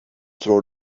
throw